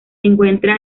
encuentra